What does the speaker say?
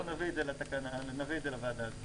אנחנו נביא את זה לוועדה הזאת.